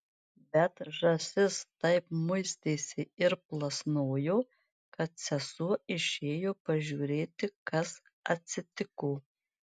bet žąsis taip muistėsi ir plasnojo kad sesuo išėjo pažiūrėti kas atsitiko